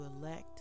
elect